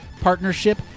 partnership